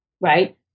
right